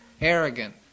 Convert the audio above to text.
arrogant